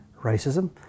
racism